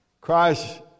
Christ